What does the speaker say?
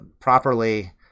properly